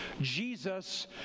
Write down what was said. Jesus